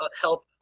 help